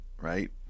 right